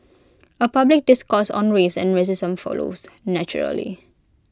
A public discourse on race and racism follows naturally